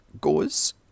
goes